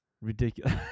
Ridiculous